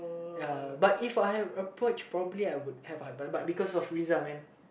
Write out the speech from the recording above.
ya but If I have approached properly I would have but but because of Friza man